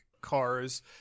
cars